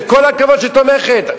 וכל הכבוד שהיא תומכת,